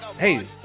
Hey